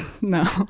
No